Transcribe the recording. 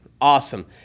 Awesome